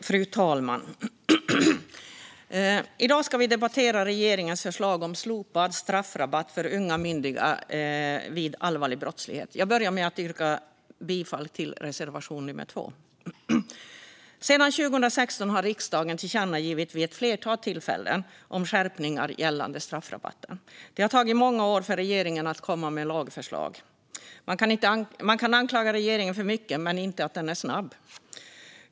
Fru talman! I dag ska vi debattera regeringens förslag om slopad straffrabatt för unga myndiga vid allvarlig brottslighet. Jag börjar med att yrka bifall till reservation 2. Sedan 2016 har riksdagen vid ett flertal tillfällen riktat tillkännagivanden om skärpningar gällande straffrabatten. Det har tagit många år för regeringen att komma med lagförslag. Man kan anklaga regeringen för mycket men inte för att vara snabb.